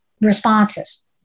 responses